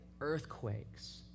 Earthquakes